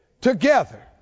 together